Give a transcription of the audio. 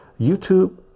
YouTube